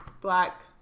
black